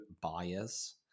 buyers